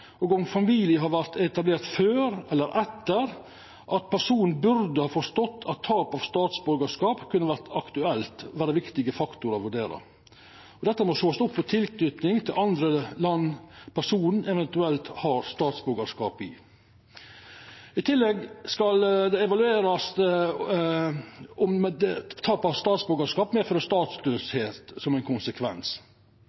og om familien har vore etablert før eller etter at personen burde ha forstått at tap av statsborgarskap kunne ha vore aktuelt, vera viktige faktorar å vurdera. Dette må sjåast opp mot tilknyting til andre land personen eventuelt har statsborgarskap i. I tillegg skal det evaluerast om tap av statsborgarskap